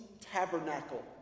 tabernacle